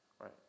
right